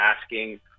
asking